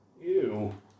Ew